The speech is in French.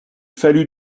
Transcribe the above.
fallu